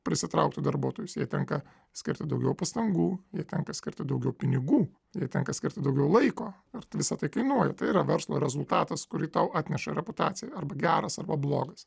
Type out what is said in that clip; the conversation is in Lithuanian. prisitrauktų darbuotojus tenka skirti daugiau pastangų jai tenka skirti daugiau pinigų jai tenka skirti daugiau laiko ir visa tai kainuoja tai yra verslo rezultatas kurį tau atneša reputacija arba geras arba blogas